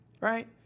right